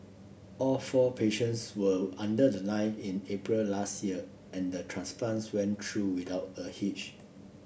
all four patients will under the knife in April last year and transplants went through without a hitch